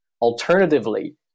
Alternatively